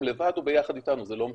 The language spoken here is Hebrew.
הם לבד או ביחד איתנו, זה לא משנה.